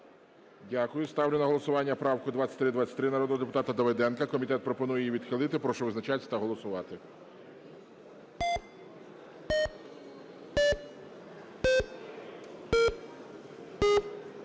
Ставлю на голосування правку 2323, народного депутата Давиденка. Комітет пропонує її відхилити. Прошу визначатись та голосувати.